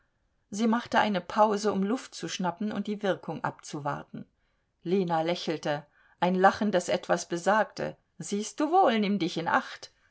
sie machte eine pause um luft zu schnappen und die wirkung abzuwarten lena lächelte ein lachen das etwa besagte siehst du wohl nimm dich in acht